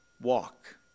walk